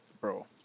Bro